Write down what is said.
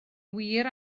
wir